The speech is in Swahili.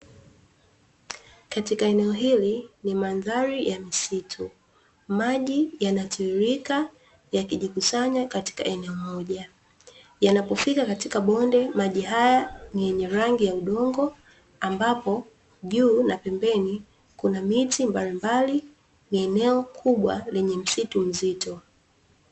Katika eneo hili ni mandhari ya misitu maji yanatiririka yakijikusanya katika eneo moja, yanapofika katika bonde maji haya ni yenye rangi ya udongo, ambapo juu na pembeni kuna miti mbalimbali ni eneo kubwa la msitu mzito.